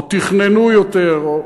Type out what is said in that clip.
או תכננו יותר,